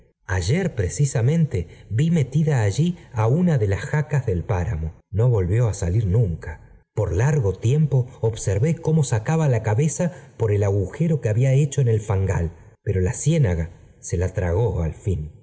ayer precisamente vi metida ajli una de las jacas del páramo no volvió á salir nunca por largo tiempo observé como sacaba la cabeza por el agujero que habla hecho en el fangal pero la ciénaga se la tragó al fin